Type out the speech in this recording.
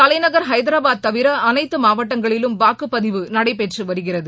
தலைநகர் ஹைதராபாத் தவிர அனைத்து மாவட்டங்களிலும் வாக்குப்பதிவு நடைபெற்று வருகிறது